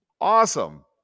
Awesome